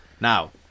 Now